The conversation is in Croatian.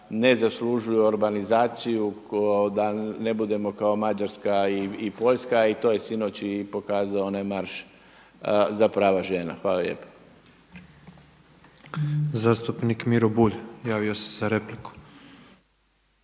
ne zaslužuje orbanizaciju da ne budemo kao Mađarska i Poljska i to je sinoć i pokazao onaj marš za prava žena. Hvala lijepa. **Petrov, Božo (MOST)** Zastupnik Miro Bulj javio se za repliku.